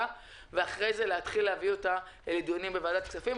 ואחרי זה להביא אותה לדיונים בוועדת הכספים.